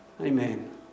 Amen